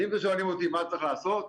אז אם אתם שואלים אותי מה צריך לעשות,